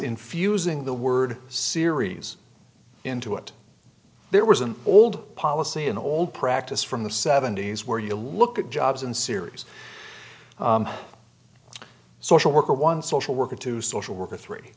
infusing the word series into it there was an old policy in the old practice from the seventy's where you look at jobs in series social worker one social worker to social worker three